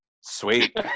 Sweet